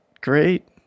great